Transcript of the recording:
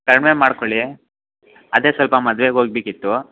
ಕಡಿಮೆ ಮಾಡಿಕೊಳ್ಳಿ ಅದೆ ಸ್ವಲ್ಪ ಮದ್ವೆಗೆ ಹೋಗ್ಬೇಕಿತ್ತು